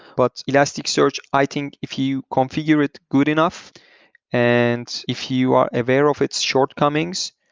but elasticsearch, i think, if you configure it good enough and if you are aware of its shortcomings,